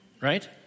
right